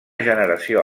generació